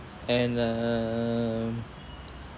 and um